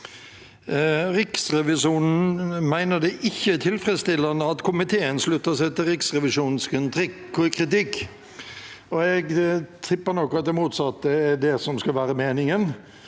Riksrevisjonen mener det «ikkje er tilfredsstillande» at «komiteen sluttar seg til Riksrevisjonen sin kritikk». Jeg tipper nok at det motsatte er det som skal være meningen,